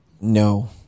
No